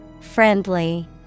Friendly